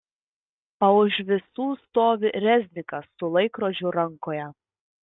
o už visų stovi reznikas su laikrodžiu rankoje